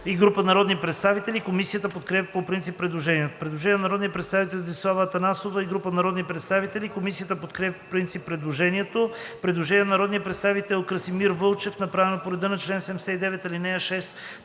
и група народни представители, завършващо на 228. Комисията подкрепя по принцип предложението. Предложение на народния представител Десислава Атанасова и група народни представители, завършващо на 229. Комисията подкрепя по принцип предложението. Предложение на народния представител Красимир Вълчев, направено по реда на чл. 79, ал. 6,